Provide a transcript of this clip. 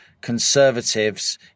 conservatives